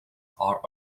are